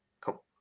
Cool